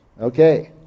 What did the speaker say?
Okay